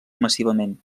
massivament